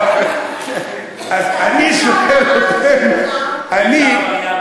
אז אני שואל אתכם, אני,